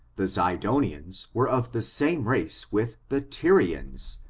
the zidonians were of the same race with the tyrians,